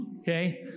Okay